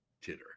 Titter